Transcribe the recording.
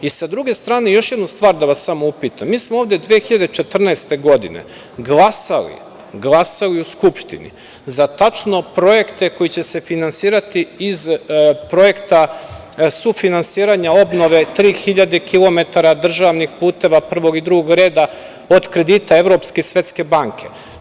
I sa druge strane, još jednu stvar da vas samo upitam – mi smo ovde 2014. godine glasali, glasali u Skupštini za tačno projekte koji će se finansirati iz projekta sufinansiranja obnove tri hiljade kilometara državnih puteva, prvog i drugog reda od kredita Evropske i Svetske banke.